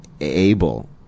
able